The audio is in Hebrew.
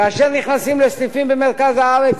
כאשר נכנסים לסניפים במרכז הארץ,